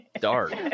dark